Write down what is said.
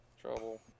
trouble